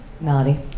melody